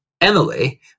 Emily